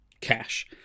cash